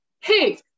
hey